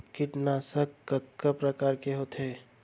कीटनाशक कतका प्रकार के होथे?